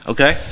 Okay